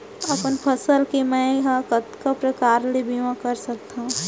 अपन फसल के मै ह कतका प्रकार ले बीमा करा सकथो?